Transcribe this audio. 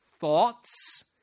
thoughts